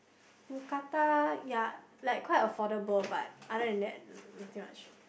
Mookata ya like quite affordable but other than that nothing much